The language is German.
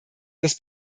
das